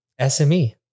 SME